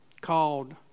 called